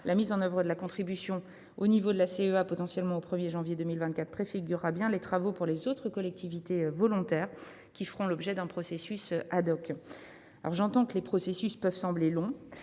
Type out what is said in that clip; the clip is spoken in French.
La mise en oeuvre de la contribution au niveau de la CEA, potentiellement au 1 janvier 2024, préfigurera les travaux pour les autres collectivités volontaires, qui feront l'objet d'un processus. J'entends que les processus peuvent sembler longs.